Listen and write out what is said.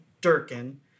Durkin